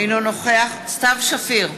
אינו נוכח סתיו שפיר,